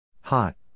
Hot